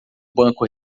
banco